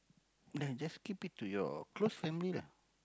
ya just keep it to your close family lah